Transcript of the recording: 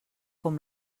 com